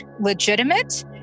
legitimate